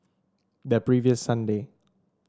the previous Sunday